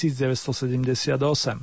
1978